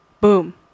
boom